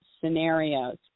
scenarios